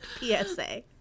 PSA